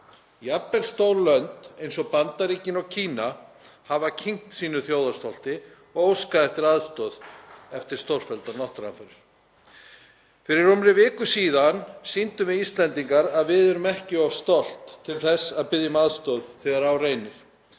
Jafnvel stór lönd eins og Bandaríkin og Kína hafa kyngt sínu þjóðarstolti og óskað eftir aðstoð eftir stórfelldar náttúruhamfarir. Fyrir rúmri viku síðan sýndum við Íslendingar að við erum ekki of stolt til að biðja um aðstoð þegar á reynir.